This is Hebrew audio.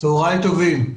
צהריים טובים.